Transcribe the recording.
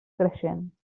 creixent